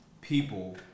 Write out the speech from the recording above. people